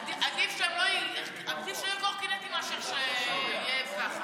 עדיף שלא יהיו קורקינטים מאשר המצב הזה.